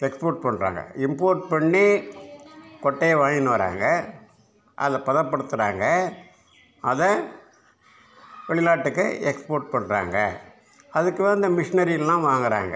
export பண்ணுறாங்க import பண்ணி கொட்டையை வாங்கின்னு வராங்க அதைப் பதப்படுத்துகிறாங்க அதை வெளிநாட்டுக்கு எக்ஸ்போர்ட் பண்ணுறாங்க அதுக்கு தான் இந்த மிஷினரிலாம் வாங்கிறாங்க